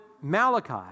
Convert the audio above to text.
Malachi